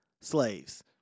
Slaves